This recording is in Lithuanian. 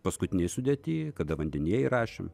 paskutinėj sudėty kada vandenyje įrašėme